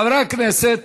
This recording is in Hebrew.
חברי הכנסת,